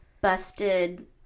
busted